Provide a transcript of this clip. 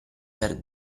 per